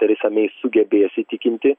teresa mei sugebės įtikinti